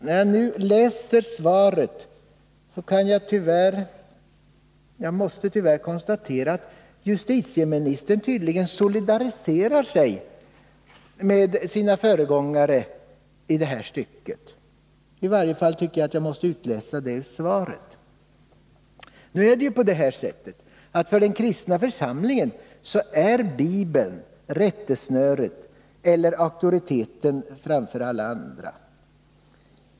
När jag läser svaret måste jag tyvärr konstatera att justitieministern i det här stycket tydligen solidariserar sig med sina föregångare — i varje fall tycker jag mig utläsa det ur svaret. För den kristna församlingen är ju Bibeln rättesnöret eller auktoriteten framför alla andra.